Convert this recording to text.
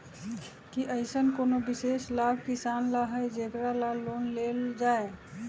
कि अईसन कोनो विशेष लाभ किसान ला हई जेकरा ला लोन लेल जाए?